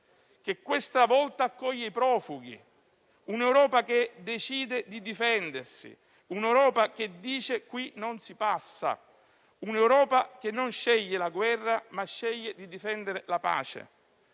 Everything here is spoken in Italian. che questa volta accoglie i profughi e che decide di difendersi, un'Europa che dice «qui non si passa», che non sceglie la guerra, ma sceglie di difendere la pace,